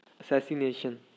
assassination